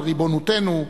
על ריבונותנו,